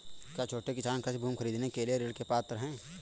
क्या छोटे किसान कृषि भूमि खरीदने के लिए ऋण के पात्र हैं?